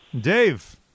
Dave